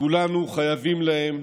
כולנו חייבים להם